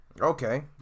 Okay